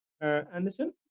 Anderson